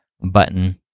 button